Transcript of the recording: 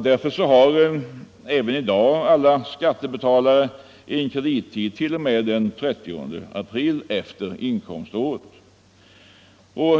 Därför har även nu alla skattebetalare en kredittid t.o.m. den 30 april året efter inkomståret.